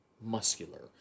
muscular